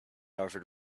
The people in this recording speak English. offered